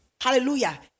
hallelujah